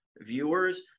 viewers